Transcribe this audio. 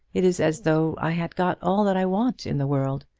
it is as though i had got all that i want in the world.